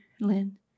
Lynn